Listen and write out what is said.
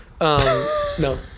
no